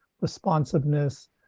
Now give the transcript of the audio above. responsiveness